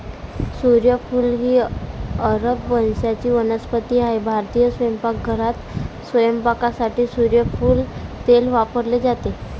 सूर्यफूल ही अरब वंशाची वनस्पती आहे भारतीय स्वयंपाकघरात स्वयंपाकासाठी सूर्यफूल तेल वापरले जाते